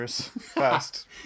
fast